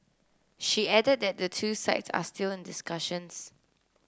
she added that the two sides are still in discussions